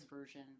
version